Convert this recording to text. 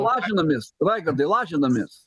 lažinamės raigardai lažinomės